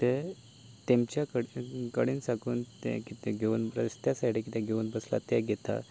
ते तेमच्या कडेन कडेन साकून तें कितें घेवन रस्त्या सायडीक कितें घेवन बसला तें घेता